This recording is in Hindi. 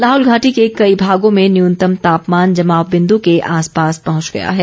लाहौल घाटी के कई भागों में न्यूनतम तापमान जमाव बिंदु के आसपास पहुंच गया है